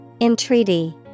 Entreaty